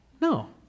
No